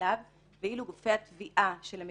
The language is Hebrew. ואילו גופי התביעה של המדינה,